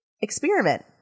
Experiment